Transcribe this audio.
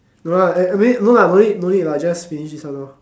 don't want lah eh I mean no lah no need no need lah just finish this one lor